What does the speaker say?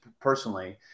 personally